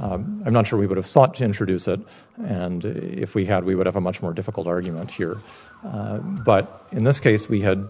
i'm not sure we would have sought to introduce it and if we had we would have a much more difficult argument here but in this case we had